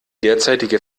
derzeitige